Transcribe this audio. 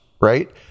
right